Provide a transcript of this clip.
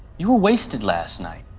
you're wasted last night,